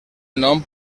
nom